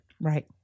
right